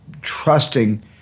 trusting